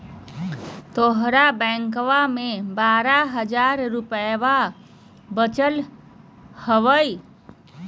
तोहर बैंकवा मे बारह हज़ार रूपयवा वचल हवब